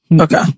Okay